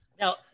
Now